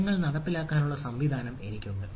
നയങ്ങൾ നടപ്പിലാക്കാനുള്ള സംവിധാനം എനിക്കുണ്ട്